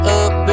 up